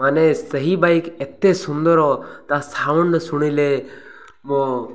ମାନେ ସେହି ବାଇକ୍ ଏତେ ସୁନ୍ଦର ତା ସାଉଣ୍ଡ ଶୁଣିଲେ ମୋ